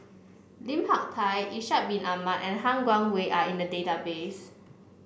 Lim Hak Tai Ishak Bin Ahmad and Han Guangwei are in the database